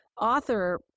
author